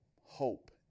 hope